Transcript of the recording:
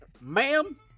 Ma'am